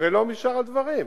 ולא משאר הדברים.